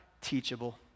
teachable